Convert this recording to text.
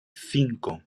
cinco